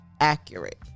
accurate